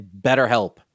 BetterHelp